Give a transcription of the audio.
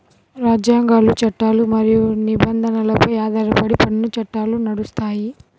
రాజ్యాంగాలు, చట్టాలు మరియు నిబంధనలపై ఆధారపడి పన్ను చట్టాలు నడుస్తాయి